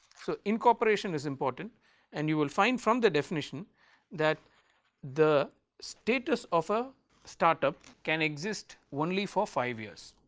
so, incorporation is important and you will find from the definition that the status of a start-up can exist only for five years.